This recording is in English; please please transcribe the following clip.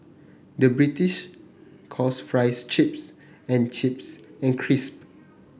the British calls fries chips and chips and crisp